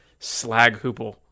Slaghoople